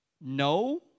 No